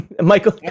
Michael